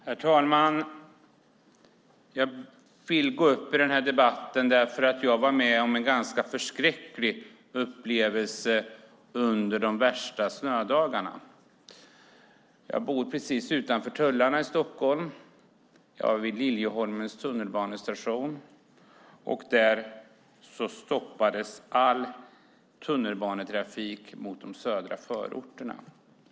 Herr talman! Jag väljer att gå upp i debatten eftersom jag var med om en förskräcklig upplevelse under de värsta snödagarna. Jag bor precis utanför tullarna i Stockholm, vid Liljeholmens tunnelbanestation. Där stoppades all tunnelbanetrafik mot de södra förorterna.